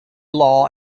law